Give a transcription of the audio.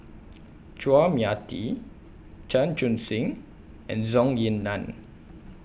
Chua Mia Tee Chan Chun Sing and Zhou Ying NAN